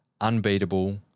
unbeatable